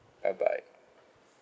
bye bye